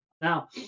Now